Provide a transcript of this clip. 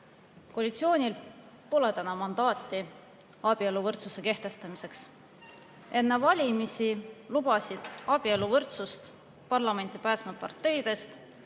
Koalitsioonil pole täna mandaati abieluvõrdsuse kehtestamiseks. Enne valimisi lubasid abieluvõrdsust parlamenti pääsenud parteidest